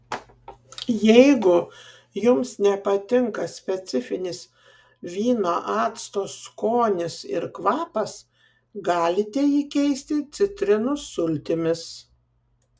jeigu jums nepatinka specifinis vyno acto skonis ir kvapas galite jį keisti citrinų sultimis